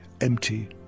empty